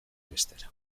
bestera